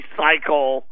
cycle